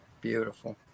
Beautiful